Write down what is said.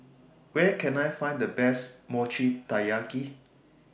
Where Can I Find The Best Mochi Taiyaki